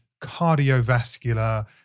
cardiovascular